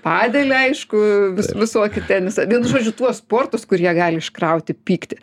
padelį aišku vis visokį tenisą vienu žodžiu tuos sportus kur jie gali iškrauti pyktį